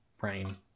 brain